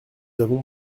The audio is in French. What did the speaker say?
avons